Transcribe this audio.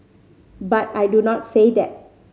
but I do not say that